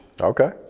Okay